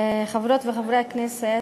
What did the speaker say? חברות וחברי הכנסת,